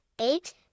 eight